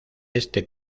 este